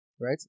Right